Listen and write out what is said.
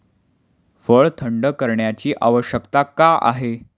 फळ थंड करण्याची आवश्यकता का आहे?